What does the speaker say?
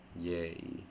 Yay